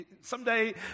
someday